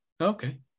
Okay